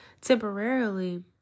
temporarily